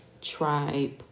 tribe